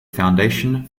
foundation